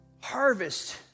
harvest